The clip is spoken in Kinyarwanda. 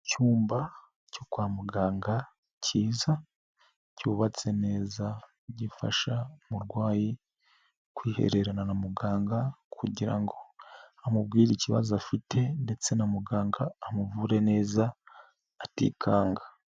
Icyumba cyo kwa muganga kiza cyubatse neza gifasha umurwayi kwihererana na muganga, kugira ngo amubwire ikibazo afite ndetse na muganga amuvure neza atikanga.